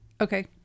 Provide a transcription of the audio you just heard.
okay